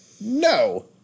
no